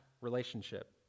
relationship